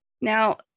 Now